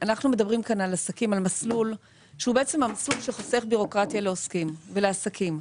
כאן על מסלול שחוסך בירוקרטיה לעוסקים ולעסקים.